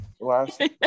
last